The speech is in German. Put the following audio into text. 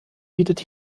bietet